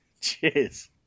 cheers